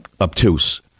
obtuse